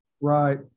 right